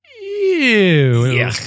EW